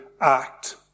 act